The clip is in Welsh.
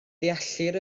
deallir